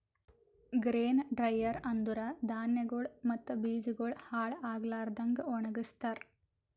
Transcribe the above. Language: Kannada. ಗ್ರೇನ್ ಡ್ರ್ಯೆರ ಅಂದುರ್ ಧಾನ್ಯಗೊಳ್ ಮತ್ತ ಬೀಜಗೊಳ್ ಹಾಳ್ ಆಗ್ಲಾರದಂಗ್ ಒಣಗಸ್ತಾರ್